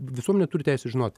visuomenė turi teisę žinot